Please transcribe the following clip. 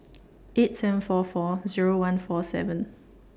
eight seven four four Zero one four seven